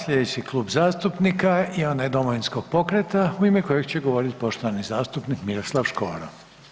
Slijedeći klub zastupnika je onaj Domovinskog pokreta u ime kojeg će govorit poštovani zastupnik Miroslav Škoro.